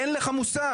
אין לך מושג.